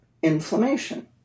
inflammation